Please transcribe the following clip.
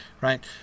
right